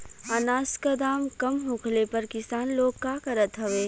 अनाज क दाम कम होखले पर किसान लोग का करत हवे?